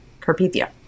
Carpathia